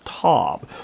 top